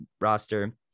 roster